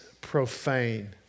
profane